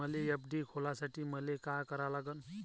मले एफ.डी खोलासाठी मले का करा लागन?